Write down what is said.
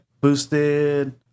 boosted